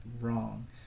wrong